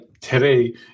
today